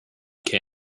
king